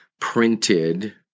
printed